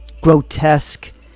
grotesque